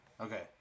okay